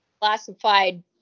Classified